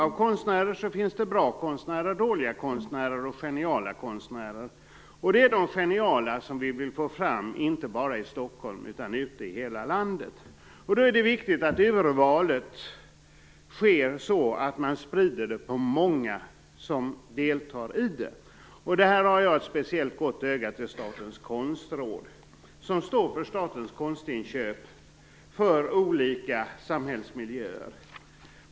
Av konstnärer finns det bra konstnärer, dåliga konstnärer och geniala konstnärer. Det är de geniala som vi vill få fram, och inte bara i Stockholm utan i hela landet. Det är då viktigt att urvalet sker så att man sprider det och att många deltar i det. Där har jag ett speciellt gott öga till Statens konstråd, som står för statens konstinköp för olika samhällsmiljöer.